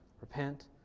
repent